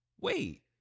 wait